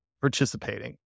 participating